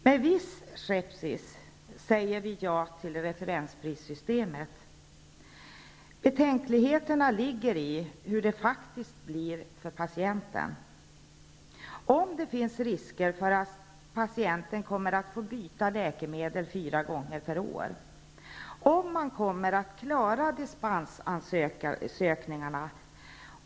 Med viss skepsis säger vi ja till referensprissystemet. Våra betänkligheter rör sig om hur det faktiskt blir för patienten. Finns det risk för att patienten får byta läkemedel fyra gånger per år? Kommer man att klara dispensansökningarna?